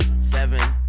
Seven